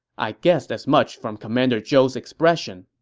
i guessed as much from commander zhou's expression.